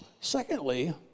Secondly